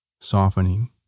softening